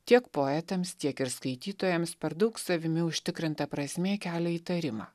tiek poetams tiek ir skaitytojams per daug savimi užtikrinta prasmė kelia įtarimą